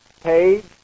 Page